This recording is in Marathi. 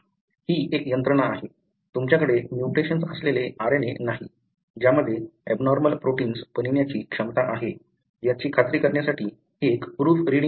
ही एक यंत्रणा आहे तुमच्याकडे म्युटेशन्स असलेले RNA नाही ज्यामध्ये एबनॉर्मल प्रोटिन्स बनवण्याची क्षमता आहे याची खात्री करण्यासाठी एक प्रूफ रीडिंग यंत्रणा आहे